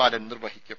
ബാലൻ നിർവഹിക്കും